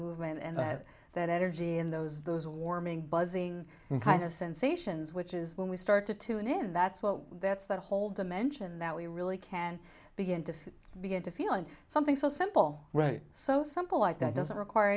movement and that that energy and those those warming buzzing kind of sensations which is when we start to tune in that's well that's the whole dimension that we really can begin to begin to feel something so simple right so something like that doesn't require